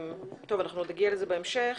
אנחנו עוד נגיע לזה בהמשך,